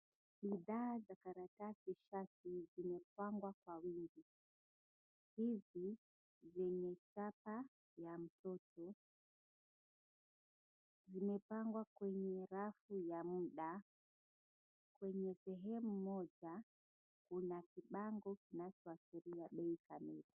Bidhaa za karatasi safi zimepangwa kwa wingi. Hizi zenye chapa ya mtoto zimepangwa kwenye rafu ya muda. Kwenye sehemu moja kuna kibango kinachoashiria bei kamili.